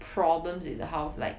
problems with the house like